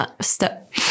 step